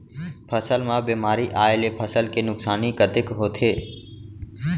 फसल म बेमारी आए ले फसल के नुकसानी कतेक होथे?